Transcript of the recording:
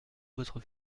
votre